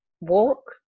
walk